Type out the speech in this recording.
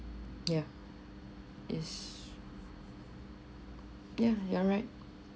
yeah is yeah you're right